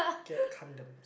get condoms